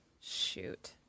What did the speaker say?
Shoot